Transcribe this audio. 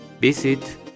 visit